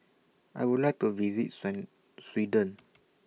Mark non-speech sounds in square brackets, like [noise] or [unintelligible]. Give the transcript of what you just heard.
I Would like to visit [unintelligible] Sweden